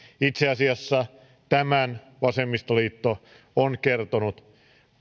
itse asiassa tämän vasemmistoliitto on kertonut